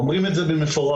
אומרים את זה במפורש.